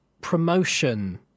promotion